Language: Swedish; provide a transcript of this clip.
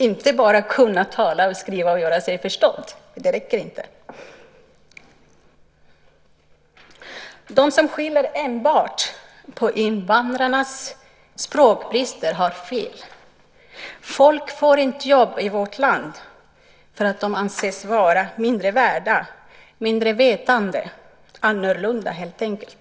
Att bara kunna tala, skriva och göra sig förstådd räcker inte. De som skyller enbart på invandrarnas språkbrister har fel. Folk får inte jobb i vårt land för att de anses vara mindre värda och mindre vetande - annorlunda, helt enkelt.